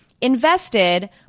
invested